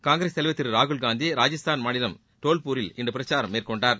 காங்கிரஸ் தலைவர் திரு ராகுல்காந்தி ராஜஸ்தான் மாநிலம் டோல்பூரில் இன்று பிரச்சாரம் மேற்கொண்டார்